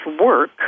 work